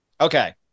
Okay